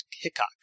Hickok